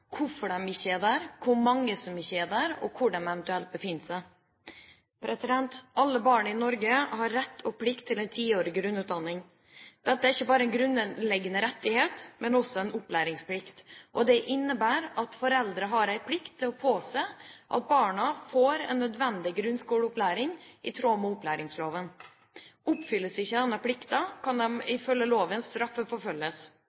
hvorfor de ikke er der, hvor mange som ikke er der, og hvor de eventuelt befinner seg. Alle barn i Norge har rett og plikt til en tiårig grunnutdanning. Dette er ikke bare en grunnleggende rettighet, men også en opplæringsplikt. Det innebærer at foreldre har en plikt til å påse at barna får en nødvendig grunnskoleopplæring i tråd med opplæringsloven. Oppfylles ikke denne plikten, kan